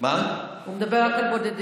הוא מדבר רק על בודדים.